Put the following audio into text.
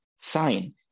sign